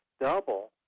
double